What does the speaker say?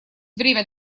время